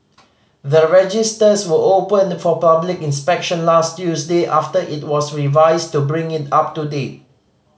the registers were opened for public inspection last Tuesday after it was revised to bring it up to date